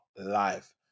life